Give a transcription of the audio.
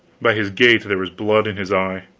by his gait there was blood in his eye.